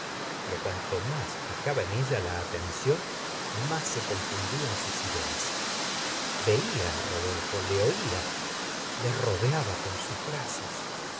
pero cuanto más fijaba en ella la atención más se confundían sus ideas vefa á rodolfo le ofa le rodeaba con sus brazs